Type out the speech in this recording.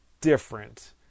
different